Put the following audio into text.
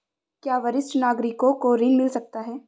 क्या वरिष्ठ नागरिकों को ऋण मिल सकता है?